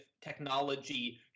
technology